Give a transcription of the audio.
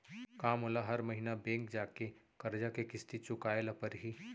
का मोला हर महीना बैंक जाके करजा के किस्ती चुकाए ल परहि?